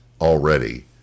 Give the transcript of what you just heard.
already